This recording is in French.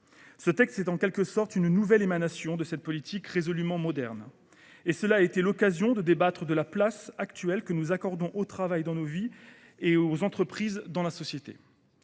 Ce texte est en quelque sorte une nouvelle émanation de cette politique résolument moderne. Sa mise au point a été l’occasion de débattre de la place que nous accordons au travail dans nos vies et aux entreprises dans la société.